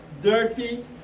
dirty